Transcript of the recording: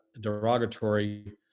derogatory